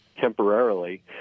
Temporarily